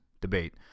debate